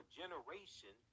generation